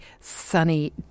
sunny